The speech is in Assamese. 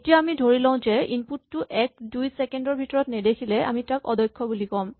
এতিয়া আমি ধৰি লওঁ যে ইনপুট টো এক দুই ছেকেণ্ড ৰ ভিতৰত নেদেখিলে আমি তাক অদক্ষ বুলি ক'ম